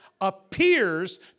appears